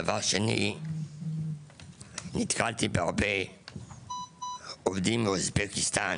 דבר שני, נתקלתי בהרבה עובדים מאוזבקיסטן,